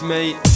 Mate